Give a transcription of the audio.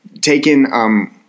taken –